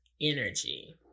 Energy